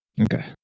Okay